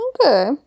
Okay